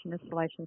installation